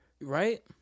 Right